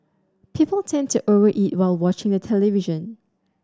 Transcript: people tend to over eat while watching the television